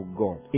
god